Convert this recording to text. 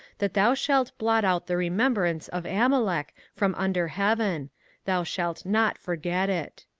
that thou shalt blot out the remembrance of amalek from under heaven thou shalt not forget it.